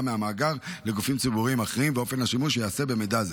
מהמאגר לגופים ציבוריים אחרים ואופן השימוש שייעשה במידע זה.